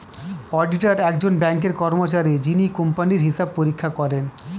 auditor একজন ব্যাঙ্কের কর্মচারী যিনি কোম্পানির হিসাব পরীক্ষা করেন